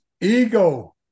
Ego